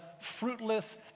fruitless